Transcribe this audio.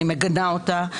אני מגנה אותה,